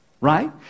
right